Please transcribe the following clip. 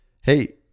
Hey